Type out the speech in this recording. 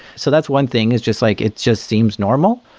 so that's one thing, is just like it just seems normal.